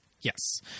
Yes